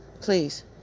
please